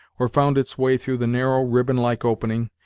or found its way through the narrow, ribbon-like opening,